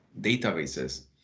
databases